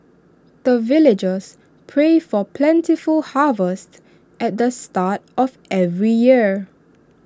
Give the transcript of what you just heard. the villagers pray for plentiful harvest at the start of every year